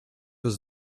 was